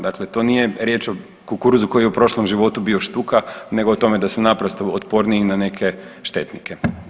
Dakle, to nije riječ o kukuruzu koji je u prošlom životu bio štuka, nego o tome da su naprosto otporniji na neke štetnike.